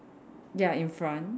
ya in front